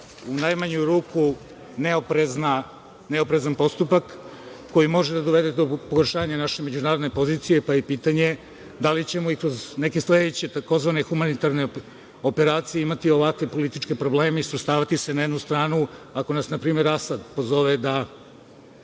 u najmanju ruku, neoprezan postupak koji može da dovede do pogoršanja naše međunarodne pozicije, pa je pitanje da li ćemo i kroz neke sledeće, tzv. humanitarne operacije imati ovakve političke probleme i svrstavati se na jednu stranu, ako nas na primer Asad pozove da